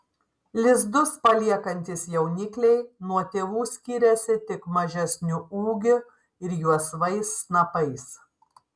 lizdus paliekantys jaunikliai nuo tėvų skiriasi tik mažesniu ūgiu ir juosvais snapais